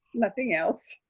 nothing else.